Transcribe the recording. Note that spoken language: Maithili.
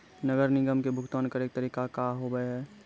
नगर निगम के भुगतान करे के तरीका का हाव हाई?